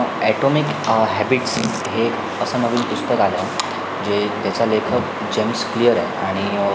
atomic habits हे असं नवीन पुस्तक आलं आहे जे त्याचा लेखक जेम्स क्लियर आहे आणि